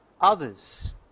others